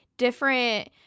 different